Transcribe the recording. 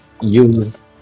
use